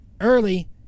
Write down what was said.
early